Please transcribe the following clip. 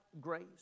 grace